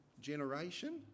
generation